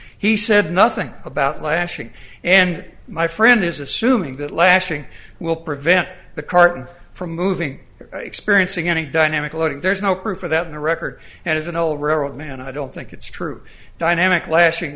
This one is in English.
he said nothing about lashing and my friend is assuming that lashing will prevent the carton from moving experiencing any dynamic loading there's no proof for that in the record and as an old railroad man i don't think it's true dynamic lashing